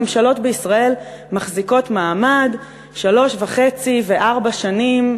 ממשלות בישראל מחזיקות מעמד שלוש וחצי וארבע שנים,